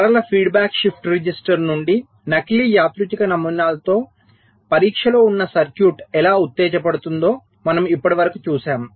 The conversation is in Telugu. సరళ ఫీడ్బ్యాక్ షిఫ్ట్ రిజిస్టర్ నుండి నకిలీ యాదృచ్ఛిక నమూనాలతో పరీక్షలో ఉన్న సర్క్యూట్ ఎలా ఉత్తేజపడుతుందో మనం ఇప్పటివరకు చూశాము